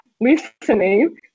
listening